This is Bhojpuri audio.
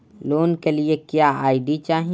लोन के लिए क्या आई.डी चाही?